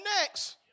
next